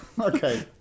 Okay